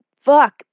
fuck